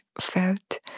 felt